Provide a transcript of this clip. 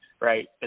right